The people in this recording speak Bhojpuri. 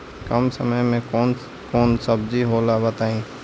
कम समय में कौन कौन सब्जी होला बताई?